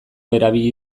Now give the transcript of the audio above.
erabili